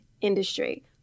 industry